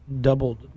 doubled